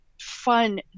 fun